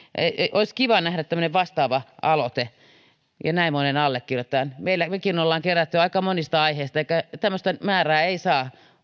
olisi kiva nähdä tämmöinen vastaava aloite ja näin monen allekirjoittajan mekin olemme keränneet aika monista aiheista eikä tämmöistä määrää saa